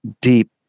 deep